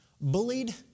bullied